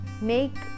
Make